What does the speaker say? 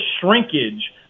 shrinkage